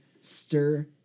stir